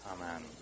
Amen